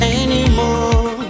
anymore